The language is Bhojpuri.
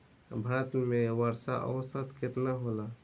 भारत में वर्षा औसतन केतना होला?